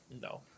No